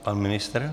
Pan ministr?